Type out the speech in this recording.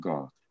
God